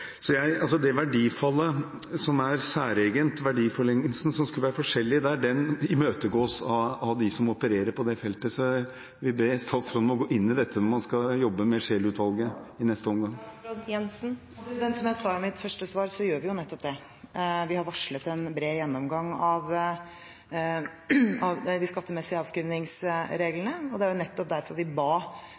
Det verdifallet som er særegent, verdiforlengelsen som skulle være forskjellig der, imøtegås av dem som opererer på det feltet, så jeg vil be statsråden om å gå inn i dette når man skal jobbe med Scheel-utvalget i neste omgang. Som jeg sa i mitt første svar, gjør vi nettopp det. Vi har varslet en bred gjennomgang av de skattemessige avskrivningsreglene, og det er nettopp derfor vi ba